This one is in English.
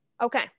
Okay